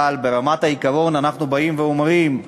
אבל ברמת העיקרון אנחנו באים ואומרים: